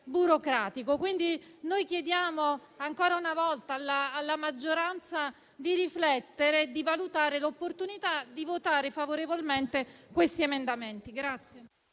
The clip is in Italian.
burocratico. Quindi, chiediamo ancora una volta alla maggioranza di riflettere e valutare l'opportunità di votare favorevolmente questi emendamenti.